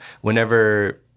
whenever